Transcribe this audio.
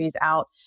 out